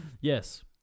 Yes